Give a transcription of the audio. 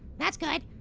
that's good.